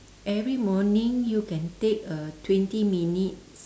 every morning you can take a twenty minutes